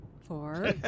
four